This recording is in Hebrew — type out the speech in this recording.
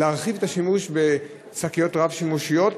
להרחיב את השימוש בשקיות רב-שימושיות,